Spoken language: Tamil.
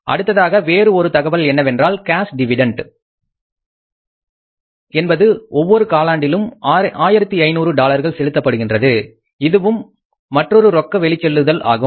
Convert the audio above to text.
அடுத்ததாக வேறு ஒரு தகவல் என்னவென்றால் கேஸ் டிவிடெண்ட் என்பது ஒவ்வொரு காலாண்டிலும் 1500 டாலர்கள் செலுத்தப்படுகின்றது இதுவும் மற்றொரு ரொக்க வெளி செல்லுதல் ஆகும்